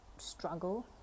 Struggle